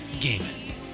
Gaming